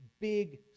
big